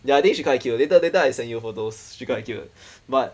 ya I think she quite cute later later I send you photos she quite cute but